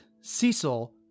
Cecil